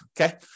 okay